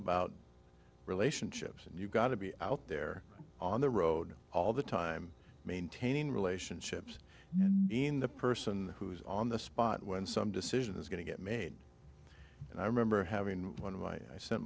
about relationships and you've got to be out there on the road all the time maintaining relationships and in the person who's on the spot when some decision is going to get made and i remember having one of my i sent